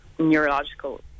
neurological